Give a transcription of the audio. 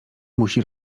musi